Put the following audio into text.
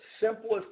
simplest